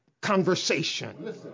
conversation